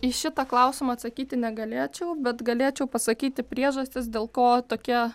į šitą klausimą atsakyti negalėčiau bet galėčiau pasakyti priežastis dėl ko tokie